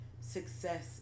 success